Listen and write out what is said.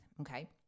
okay